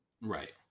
Right